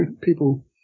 people